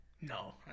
no